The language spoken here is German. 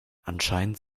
anscheinend